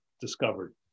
discovered